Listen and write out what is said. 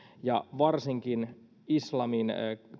ja varsinkin islamin